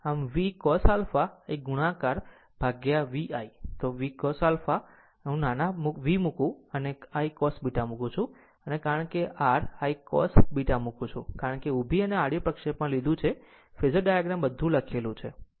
આમ Vcos α આ એક જો ગુણાકાર VI તો VCos α નાના V મૂકું અને I cos β મૂકું છું અને કારણ કે r I I cos β મૂકું છું કારણ કે ઉભી અને આડી પ્રક્ષેપણ લીધું છે કે ફેઝર ડાયાગ્રામ બધું લખેલું છે